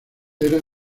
era